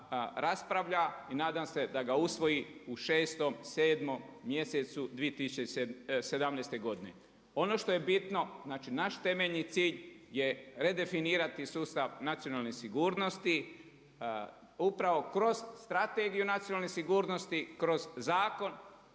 raspravlja i nadam se da ga usvoji u 6., 7. mjesecu 2017. godine. Ono što je bitno, znači naš temeljni cilj je redefinirati sustav nacionalne sigurnosti upravo kroz Strategiju nacionalne sigurnosti, kroz Zakon